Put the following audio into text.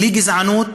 בלי גזענות,